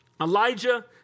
Elijah